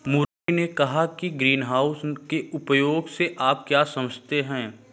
मुरली ने कहा कि ग्रीनहाउस के उपयोग से आप क्या समझते हैं?